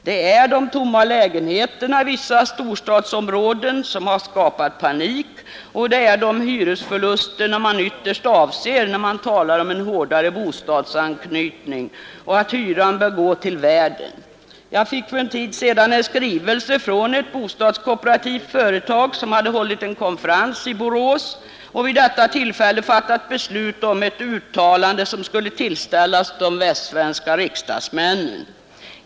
Det är de tomma lägenheterna i vissa storstadsområden som har skapat panik, och det är dessa hyresförluster som man ytterst avser när man talar om en ytterligare bostadsanknytning och om att hyran bör gå till värden. Jag fick för en tid sedan en skrivelse från ett bostadskooperativt företag som hållit en konferens i Borås och vid det tillfället fattat beslut om ett uttalande, som skulle tillställas de västsvenska riksdagsmännnen.